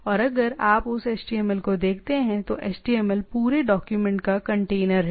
और अगर आप उस HTML को देखते हैं तो HTML पूरे डॉक्यूमेंट का कंटेनर है